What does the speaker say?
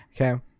Okay